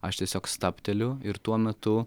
aš tiesiog stabteliu ir tuo metu